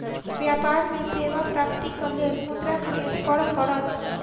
व्यापार में सेवा प्राप्तिक लेल मुद्रा निवेश करअ पड़त